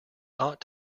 ought